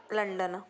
London